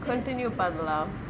continue பண்லா:panlaa